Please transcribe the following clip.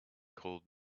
called